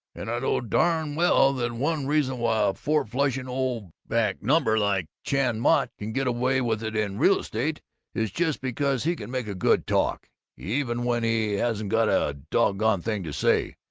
and i know darn well that one reason why a fourflushing old back-number like chan mott can get away with it in real estate is just because he can make a good talk, even when he hasn't got a doggone thing to say!